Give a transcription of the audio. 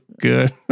good